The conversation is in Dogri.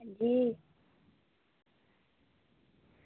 अंजी